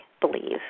believe